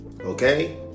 Okay